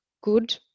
good